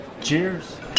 Cheers